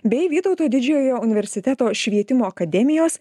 bei vytauto didžiojo universiteto švietimo akademijos